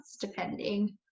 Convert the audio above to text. depending